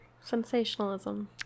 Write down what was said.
Sensationalism